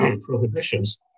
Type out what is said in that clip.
prohibitions